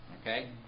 Okay